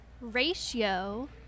ratio